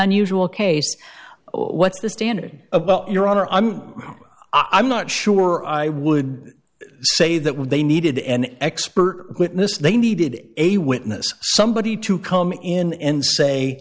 unusual case what's the standard about your honor i'm i'm not sure i would say that when they needed an expert witness they needed a witness somebody to come in and say